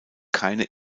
keine